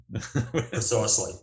Precisely